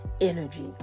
energy